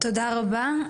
תודה רבה.